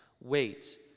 wait